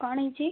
କ'ଣ ହେଇଛି